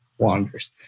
Wanders